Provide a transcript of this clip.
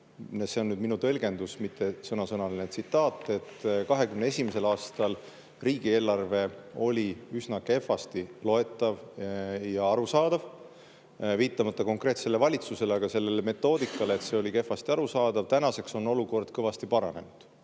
see nüüd on minu tõlgendus, mitte sõnasõnaline tsitaat –, et 2021. aastal oli riigieelarve üsna kehvasti loetav ja arusaadav. Ta ei viidanud konkreetsele valitsusele, vaid sellele metoodikale, et see oli kehvasti arusaadav. Tänaseks on olukord kõvasti paranenud.